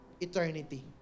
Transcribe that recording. eternity